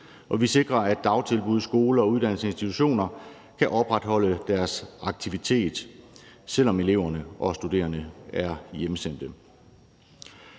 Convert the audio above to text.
og vi sikrer, at dagtilbud, skoler og uddannelsesinstitutioner kan opretholde deres aktivitet, selv om eleverne og de studerende er hjemsendt.